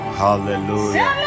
hallelujah